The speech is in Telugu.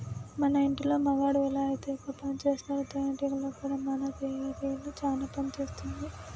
మన ఇంటిలో మగాడు ఎలా అయితే ఎక్కువ పనిసేస్తాడో తేనేటీగలలో కూడా మగ తేనెటీగ చానా పని చేస్తుంది